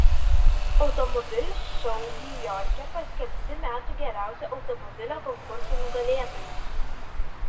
automobilių šou niujorke paskelbti metų geriausio automobilio konkurso nugalėtojai